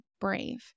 brave